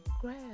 grab